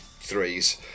threes